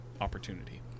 opportunity